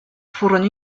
furono